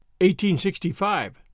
1865